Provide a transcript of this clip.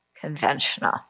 conventional